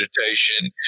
meditation